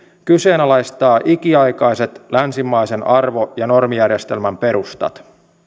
kyseenalaistaa ikiaikaiset länsimaisen arvo ja normijärjestelmän perustat